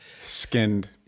Skinned